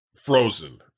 Frozen